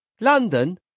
London